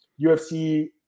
UFC